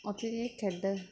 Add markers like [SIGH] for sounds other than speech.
[UNINTELLIGIBLE] ਖੇਡ